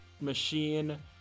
machine